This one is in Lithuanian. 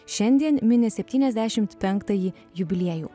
šiandien mini septyniasdešimt penktąjį jubiliejų